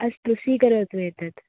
अस्तु स्वीकरोतु एतत्